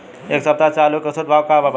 एक सप्ताह से आलू के औसत भाव का बा बताई?